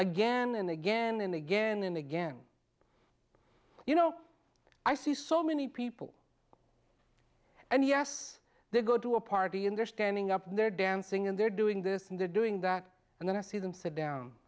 again and again and again and again you know i see so many people and yes they go to a party and they're standing up and they're dancing and they're doing this and they're doing that and then i see them sit down